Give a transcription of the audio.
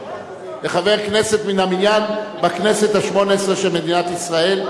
מן המניין בכנסת השמונה-עשרה של מדינת ישראל.